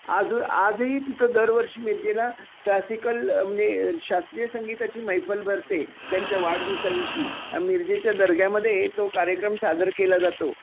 आज आजही तिथं दरवर्षी मिरजेला क्लासिकल म्हणजे शास्त्रीय संगीताची मैफल भरते त्यांच्या वाढदिवसादिवशी अ मिरजेच्या दर्ग्यामध्ये तो कार्यक्रम सादर केला जातो